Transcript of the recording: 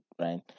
right